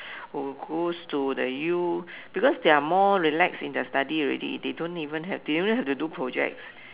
who goes to the U because they are more relaxed in their study already they don't even have they only have to do projects